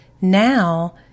now